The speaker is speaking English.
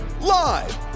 live